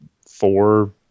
four